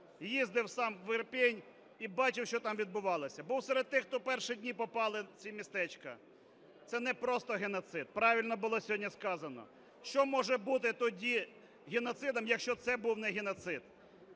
їздив сам в Ірпінь і бачив, що там відбувалося. Був серед тих, хто в перші дні попали в ці містечка. Це не просто геноцид, правильно було сьогодні сказано: що може бути тоді геноцидом, якщо це був не геноцид?